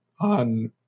on